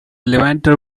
levanter